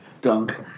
Dunk